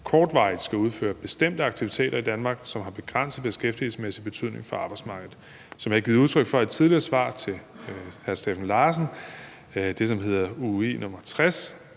kortvarigt skal udføre bestemte aktiviteter i Danmark, som har begrænset beskæftigelsesmæssig betydning for arbejdsmarkedet. Som jeg har givet udtryk for i et tidligere svar til hr. Steffen Larsen, nemlig svar på spørgsmål nr. 60